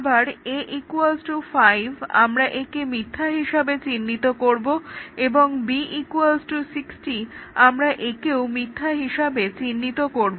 আবার a 5 আমরা একে মিথ্যা হিসেবে চিহ্নিত করব এবং b 60 আমরা একেও মিথ্যা হিসাবে চিহ্নিত করব